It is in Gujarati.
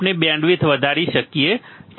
આપણે બેન્ડવિડ્થ વધારી શકીએ છીએ